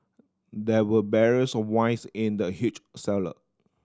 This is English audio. there were barrels of wines in the huge cellar